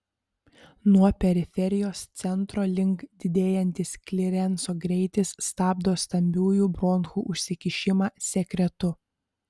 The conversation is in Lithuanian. nuo periferijos centro link didėjantis klirenso greitis stabdo stambiųjų bronchų užsikišimą sekretu